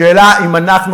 השאלה היא,